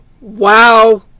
wow